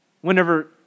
Whenever